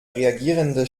reagierende